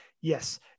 yes